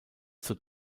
zur